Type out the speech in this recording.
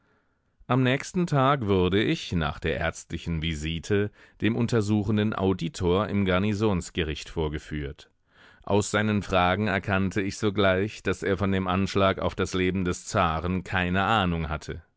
am nächsten tag wurde ich nach der ärztlichen visite dem untersuchenden auditor im garnisonsgericht vorgeführt aus seinen fragen erkannte ich sogleich daß er von dem anschlag auf das leben des zaren keine ahnung hatte